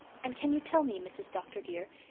and can you tell me, mrs. dr. dear,